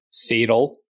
fatal